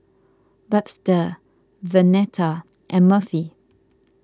Webster Vernetta and Murphy